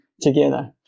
together